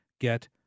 get